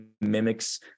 mimics